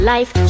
Life